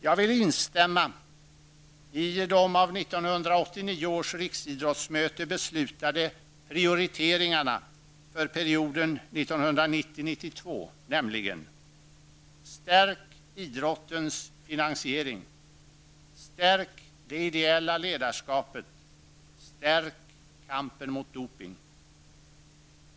Jag vill instämma i de av 1989 års riksidrottsmötet beslutade prioriteringarna för perioden 1990--1992, nämligen: stärk idrottens finansiering, stärk det ideella ledarskapet, stärk kampen mot dopning.